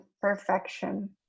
perfection